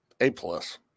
A-plus